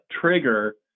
trigger